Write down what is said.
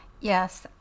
Yes